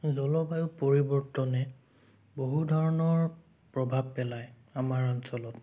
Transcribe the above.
জলবায়ুৰ পৰিৱৰ্তনে বহুত ধৰণৰ প্ৰভাৱ পেলায় আমাৰ অঞ্চলত